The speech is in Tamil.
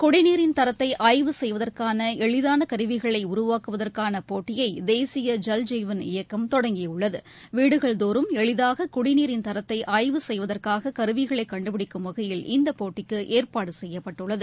குடிநீரின் தரத்தை ஆய்வு செய்வதற்கான எளிதான கருவிகளை உருவாக்குவதற்கான போட்டியை தேசிய ஜல் ஜீவன் இயக்கம் தொடங்கியுள்ளது வீடுகள் தோறும் எளிதாக குடிநீரின் தரத்தை ஆய்வு செய்வதற்காக கருவிகளை கண்டுபிடிக்கும் வகையில் இந்த போட்டிக்கு ஏற்பாடு செய்யப்பட்டுள்ளது